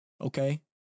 okay